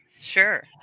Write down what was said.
Sure